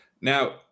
Now –